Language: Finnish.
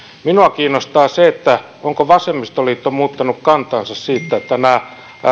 minua kiinnostaa se onko vasemmistoliitto muuttanut kantaansa siitä että nämä